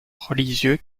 religieux